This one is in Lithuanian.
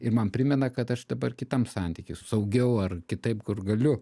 ir man primena kad aš dabar kitam santyky esu saugiau ar kitaip kur galiu